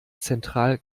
zentral